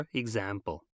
example